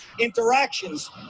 interactions